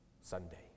Sunday